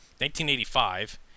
1985